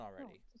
already